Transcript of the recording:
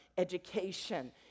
education